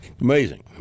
Amazing